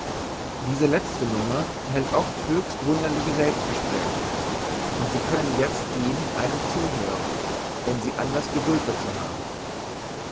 diese letzte nummer hält oft höchst wunderliche selbstgespräche und sie können jezt eben einem zuhören wenn sie anders geduld dazu haben